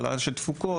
העלאה של תפוקות,